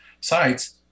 sites